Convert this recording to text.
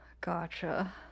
gotcha